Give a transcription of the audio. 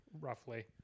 roughly